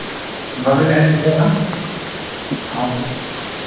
ᱵᱟᱹᱵᱤᱱ ᱦᱮᱡ ᱯᱩᱨᱟᱹᱜᱼᱟ ᱦᱮᱸ